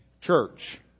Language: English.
church